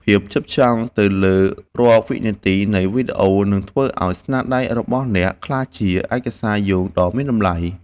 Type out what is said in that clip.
ភាពផ្ចិតផ្ចង់ទៅលើរាល់វិនាទីនៃវីដេអូនឹងធ្វើឱ្យស្នាដៃរបស់អ្នកក្លាយជាឯកសារយោងដ៏មានតម្លៃ។